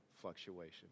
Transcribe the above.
fluctuation